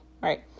right